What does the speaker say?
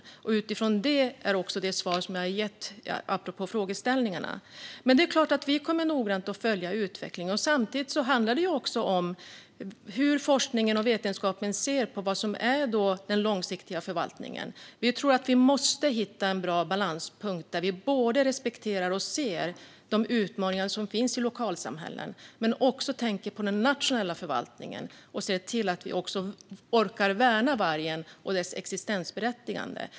Det är utifrån det som jag har gett mitt svar på frågeställningarna. Vi kommer noggrant att följa utvecklingen. Det handlar samtidigt om hur forskningen och vetenskapen ser på den långsiktiga förvaltningen. Vi måste hitta en bra balanspunkt där vi både respekterar och ser de utmaningar som finns i lokalsamhällen men också tänker på den nationella förvaltningen och ser till att vi orkar värna vargen och dess existensberättigande.